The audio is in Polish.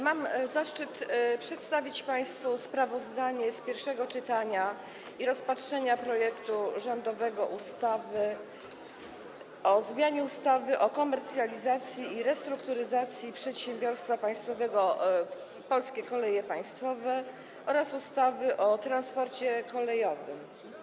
Mam zaszczyt przedstawić państwu sprawozdanie z pierwszego czytania, z rozpatrzenia rządowego projektu ustawy o zmianie ustawy o komercjalizacji i restrukturyzacji przedsiębiorstwa państwowego „Polskie Koleje Państwowe” oraz ustawy o transporcie kolejowym.